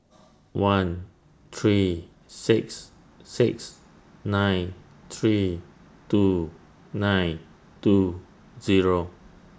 one three six six nine three two nine two Zero